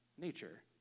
nature